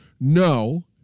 No